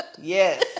Yes